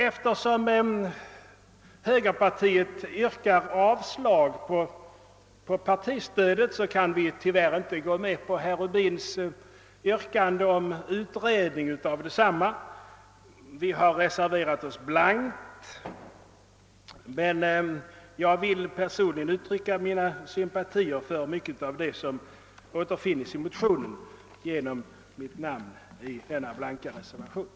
Eftersom högerpartiet i princip är emot partistödet kan vi tyvärr inte gå med på herr Rubins yrkande om utredning av detsamma. Vi har avgivit en blank reservation, men jag personligen vill genom mitt namn på den blanka reservationen uttrycka mina sympatier för mycket av det som återfinns i motionen.